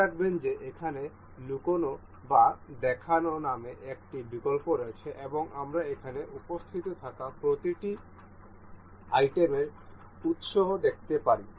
মনে রাখবেন যে এখানে লুকানো বা দেখানো নামে একটি বিকল্প রয়েছে এবং আমরা এখানে উপস্থিত থাকা প্রতিটি আইটেমের উত্স দেখতে পারি